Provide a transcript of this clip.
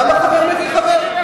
למה חבר מביא חבר?